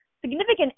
significant